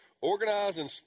Organizing